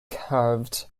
carved